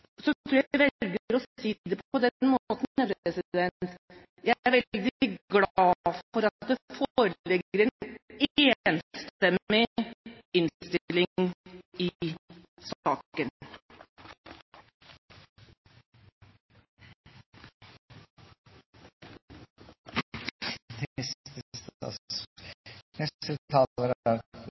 tror jeg at jeg velger å si det på denne måten: Jeg er veldig glad for at det foreligger en enstemmig innstilling i saken. La meg i overgangen fra sykkel til bil understreke at det er